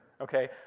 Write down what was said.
okay